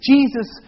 Jesus